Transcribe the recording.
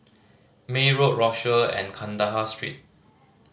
May Road Rochor and Kandahar Street